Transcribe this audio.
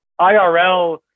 IRL